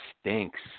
stinks